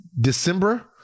December